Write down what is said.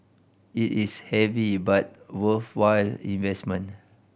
it is heavy but worthwhile investment